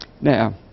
Now